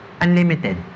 unlimited